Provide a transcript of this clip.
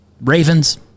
Ravens